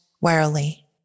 warily